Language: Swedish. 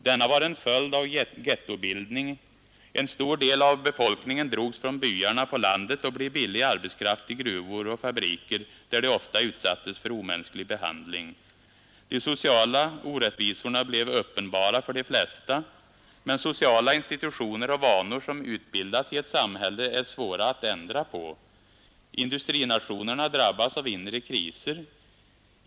Denna var en följd av ghettobildning. En stor del av befolkningen drogs från byarna på landet och blev billig arbetskraft i gruvor och fabriker, där de ofta utsattes för omänsklig behandling. De sociala orättvisorna blev uppenbara för de flesta människor. Men sociala institutioner och vanor som utbildas i ett samhälle är svåra att ändra på. Industrinationerna drabbades av inre kriser.